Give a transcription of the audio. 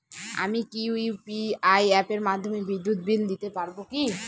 আমি কি ইউ.পি.আই অ্যাপের মাধ্যমে বিদ্যুৎ বিল দিতে পারবো কি?